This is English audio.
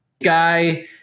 guy